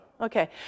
Okay